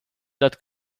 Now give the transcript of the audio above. that